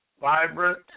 vibrant